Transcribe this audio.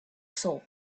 soul